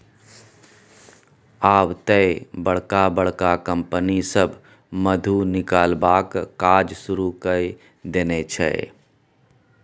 आब तए बड़का बड़का कंपनी सभ मधु निकलबाक काज शुरू कए देने छै